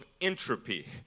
entropy